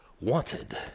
wanted